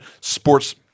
sports